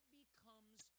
becomes